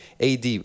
AD